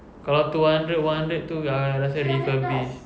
kalau two hundred one hundred itu I rasa refurbish